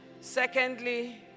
Secondly